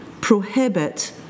prohibit